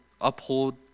uphold